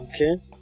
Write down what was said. Okay